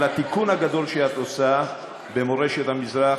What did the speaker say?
על התיקון הגדול שאת עושה במורשת המזרח,